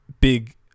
big